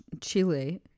Chile